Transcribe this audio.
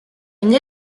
une